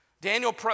Daniel